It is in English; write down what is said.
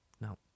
no